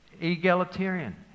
egalitarian